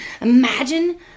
imagine